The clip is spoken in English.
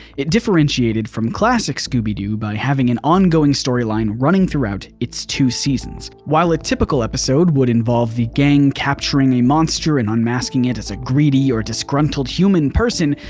it differentiated differentiated from classic scooby-doo by having an ongoing storyline running throughout its two seasons. while a typical episode would involve the gang capturing a monster and unmasking it as a greedy or disgruntled human person,